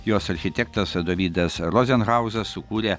jos architektas dovydas rozenhauzas sukūrė